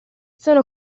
sono